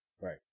Right